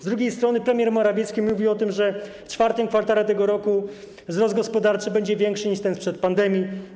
Z drugiej strony premier Morawiecki mówi o tym, że w IV kwartale tego roku wzrost gospodarczy będzie większy niż ten sprzed pandemii.